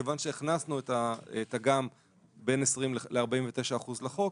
כיוון שהכנסנו את התג"ם בין 20 ל-49 אחוזים לחוק,